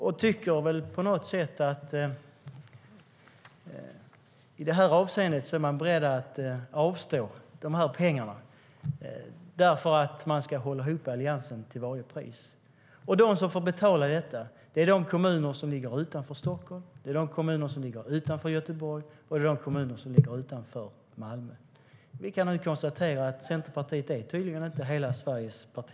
Man verkar vara beredd att avstå pengarna för att till varje pris hålla ihop Alliansen. De som får betala är de kommuner som ligger utanför Stockholm, de kommuner som ligger utanför Göteborg och de kommuner som ligger utanför Malmö. Vi kan konstatera att Centerpartiet tydligen inte längre är hela Sveriges parti.